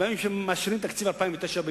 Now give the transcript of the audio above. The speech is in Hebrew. אם היו מאשרים את תקציב 2009 במהירות?